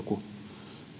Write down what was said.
kuin